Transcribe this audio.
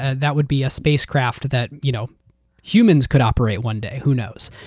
and that would be a spacecraft that you know humans could operate one day, who knows.